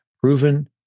Proven